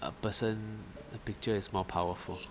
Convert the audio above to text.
a person the picture is more powerful